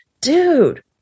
dude